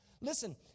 Listen